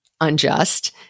unjust